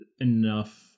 enough